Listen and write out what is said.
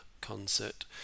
concert